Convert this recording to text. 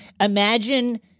imagine